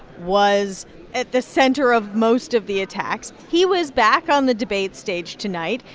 was at the center of most of the attacks. he was back on the debate stage tonight.